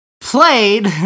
played